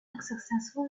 unsuccessful